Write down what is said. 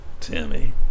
Timmy